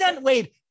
wait